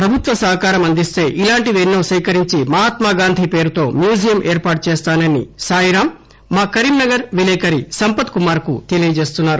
ప్రభుత్వం సహకారం అందిస్తే ఇలాంటివి ఎన్నో సేకరించి మహాత్మా గాంధీ పేరుతో మ్యూజియం ఏర్పాటు చేస్తానని సాయిరాం మా కరీంనగర్ విలేకరి సంపత్ కుమార్ కు తెలియ చేస్తున్నారు